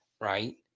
right